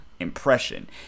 Impression